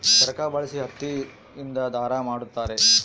ಚರಕ ಬಳಸಿ ಹತ್ತಿ ಇಂದ ದಾರ ಮಾಡುತ್ತಾರೆ